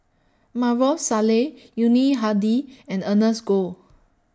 Maarof Salleh Yuni Hadi and Ernest Goh